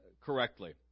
correctly